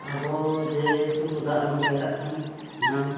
ᱟᱵᱚ ᱡᱮᱦᱮᱛᱩ ᱫᱟᱜ ᱨᱮᱵᱚᱱ ᱯᱟᱭᱨᱟᱜ ᱠᱷᱟᱱ ᱢᱟᱲᱟᱝ